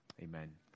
Amen